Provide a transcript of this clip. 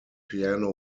piano